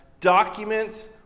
documents